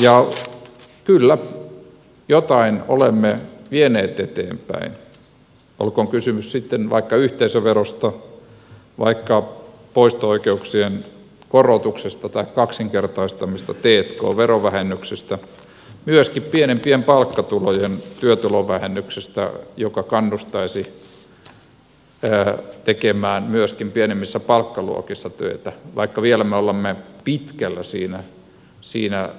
ja kyllä jotain olemme vieneet eteenpäin olkoon kysymys sitten vaikka yhteisöverosta vaikka poisto oikeuksien korotuksesta tai kaksinkertaistetuista t k verovähennyksistä myöskin pienempien palkkatulojen työtulovähennyksestä joka kannustaisi tekemään myöskin pienemmissä palkkaluokissa työtä vaikka vielä me olemme